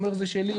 אומר זה שלי,